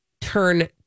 turn